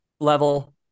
level